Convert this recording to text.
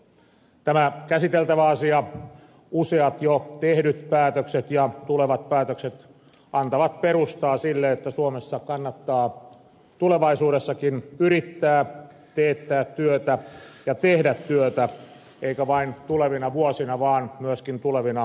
tämä käsiteltävä asia useat jo tehdyt päätökset ja tulevat päätökset antavat perustaa sille että suomessa kannattaa tulevaisuudessakin yrittää teettää työtä ja tehdä työtä eikä vain tulevina vuosina vaan myöskin tulevina vuosikymmeninä